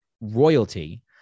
royalty